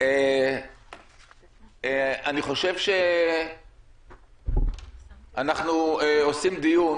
אני חושב שאנחנו עושים דיון